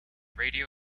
radio